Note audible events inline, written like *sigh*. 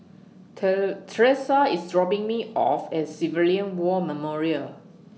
*unintelligible* Tressa IS dropping Me off At Civilian War Memorial